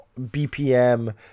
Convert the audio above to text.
BPM